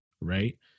right